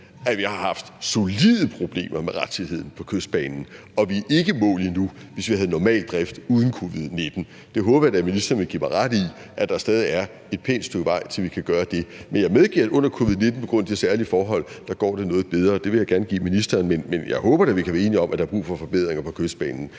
– har haft solide problemer med rettidigheden på Kystbanen. Og vi er ikke i mål endnu, hvis vi havde normal drift uden covid-19. Det håber jeg da at ministeren vil give mig ret i, altså at der stadig er et pænt stykke vej til, at vi kan sige det. Men jeg medgiver, at det under covid-19 på grund af de særlige forhold går noget bedre; det vil jeg gerne give ministeren. Men jeg håber da, at vi kan blive enige om, at der er brug for forbedringer på Kystbanen.